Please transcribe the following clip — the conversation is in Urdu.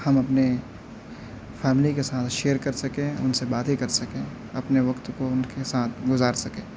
ہم اپنے فیملی کے ساتھ شیئر کر سکیں ان سے باتیں کر سکیں اپنے وقت کو ان کے ساتھ گزار سکیں